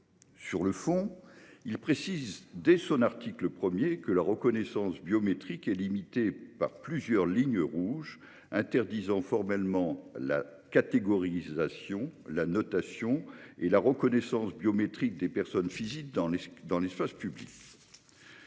Sur le fond, il précise, dès son article 1, que la reconnaissance biométrique est limitée par plusieurs lignes rouges. Il vise à interdire formellement la catégorisation, la notation et la reconnaissance biométrique des personnes physiques dans l'espace public.